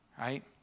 right